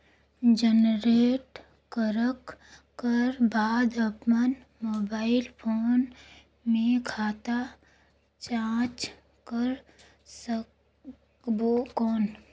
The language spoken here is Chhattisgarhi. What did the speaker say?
जनरेट करक कर बाद अपन मोबाइल फोन मे खाता जांच कर सकबो कौन?